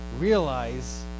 realize